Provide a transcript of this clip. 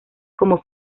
como